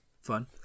Fun